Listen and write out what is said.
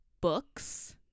books